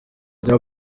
rya